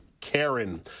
Karen